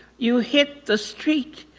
you hit the street,